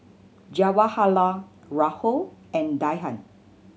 Jawaharlal Rahul and Dhyan